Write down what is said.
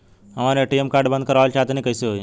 हम आपन ATM card बंद करावल चाह तनि कइसे होई?